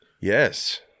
Yes